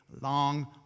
long